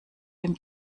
dem